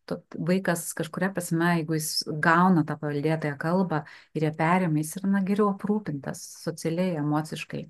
tu vaikas kažkuria prasme jeigu jis gauna tą paveldėtąją kalbą ir ją perėmė jis yra na geriau aprūpintas socialiai emociškai